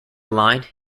align